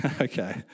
Okay